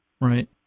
Right